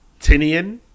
Tinian